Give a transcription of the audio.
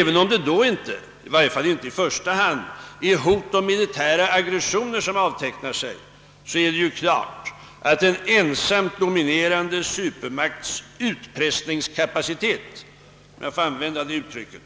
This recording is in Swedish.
även om det inte i första hand är ett hot om militära aggressioner som avtecknar sig mot denna bakgrund, så är det klart att en ensamt dominerande supermakts utpressningskapacitet — om jag får använda det uttrycket